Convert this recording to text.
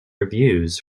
reviews